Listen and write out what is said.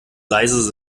leise